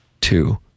two